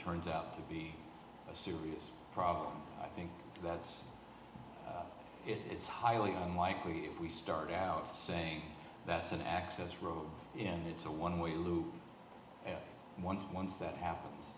turns out to be a serious problem i think that's it's highly unlikely if we start out saying that's an access road and it's a one way loop and one once that happens